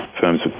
firms